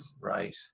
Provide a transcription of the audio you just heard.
right